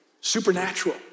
supernatural